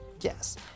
Yes